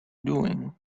doing